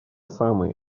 самые